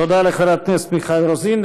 תודה לחברת הכנסת מיכל רוזין.